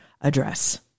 address